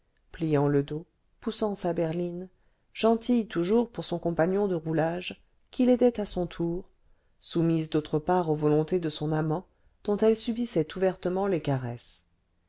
pliant le dos poussant sa berline gentille toujours pour son compagnon de roulage qui l'aidait à son tour soumise d'autre part aux volontés de son amant dont elle subissait ouvertement les caresses